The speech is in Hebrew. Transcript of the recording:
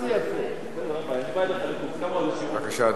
בבקשה.